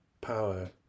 power